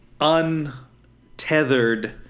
untethered